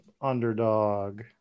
Underdog